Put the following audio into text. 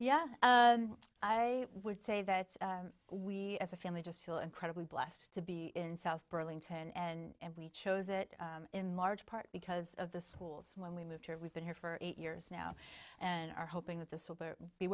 yeah i would say that we as a family just feel incredibly blessed to be in south burlington and we chose it in large part because of the schools when we moved here we've been here for eight years now and are hoping that this will be